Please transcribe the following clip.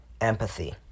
empathy